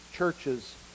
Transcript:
Churches